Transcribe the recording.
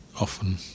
often